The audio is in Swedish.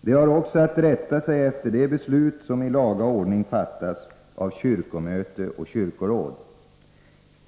De har också att rätta sig efter de beslut som i laga ordning fattas av kyrkomöte och kyrkoråd.